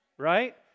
Right